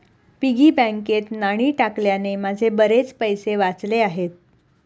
piggy बँकेत नाणी टाकल्याने माझे बरेच पैसे वाचले आहेत